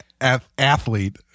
athlete